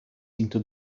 into